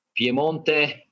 Piemonte